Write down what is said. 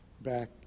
back